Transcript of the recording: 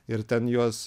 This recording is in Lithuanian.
ir ten juos